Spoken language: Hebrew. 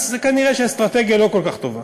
אז כנראה האסטרטגיה לא כל כך טובה.